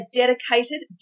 dedicated